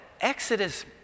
Exodus